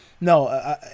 no